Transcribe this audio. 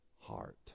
heart